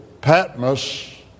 Patmos